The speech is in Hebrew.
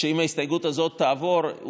ואם ההסתייגות הזאת תעבור,